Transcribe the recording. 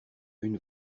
une